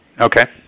Okay